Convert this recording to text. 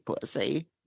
pussy